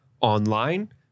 online